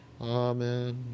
Amen